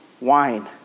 wine